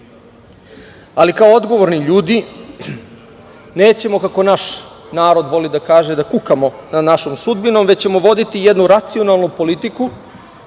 Kao odgovorni ljudi nećemo, kako naš narod kaže, da kukamo nad našom sudbinom, nego ćemo voditi jednu racionalnu politiku